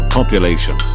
Population